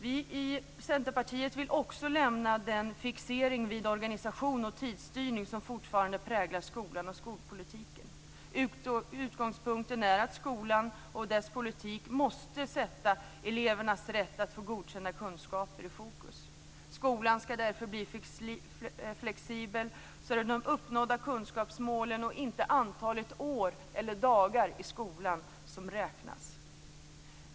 Vi i Centerpartiet vill också lämna den fixering vid organisation och tidsstyrning som fortfarande präglar skolan och skolpolitiken. Utgångspunkten är att skolan och dess politik måste sätta elevernas rätt att få godkända kunskaper i fokus. Skolan skall därför bli flexibel, så att det är de uppnådda kunskapsmålen och inte antalet år eller dagar i skolan som räknas.